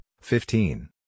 fifteen